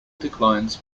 declines